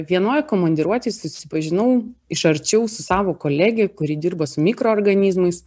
vienoje komandiruotėj susipažinau iš arčiau su savo kolege kuri dirbo su mikroorganizmais